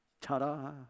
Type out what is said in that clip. Ta-da